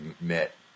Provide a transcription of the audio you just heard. met